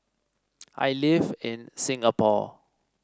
I live in Singapore